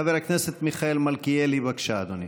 חבר הכנסת מיכאל מלכיאלי, בבקשה, אדוני.